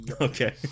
Okay